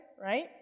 right